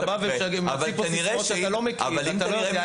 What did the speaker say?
אתה בא ומציג כאן שאתה לא מכיר ואתה לא יודע.